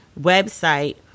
website